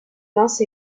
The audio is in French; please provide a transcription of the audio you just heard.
mince